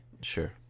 Sure